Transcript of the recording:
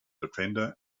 defender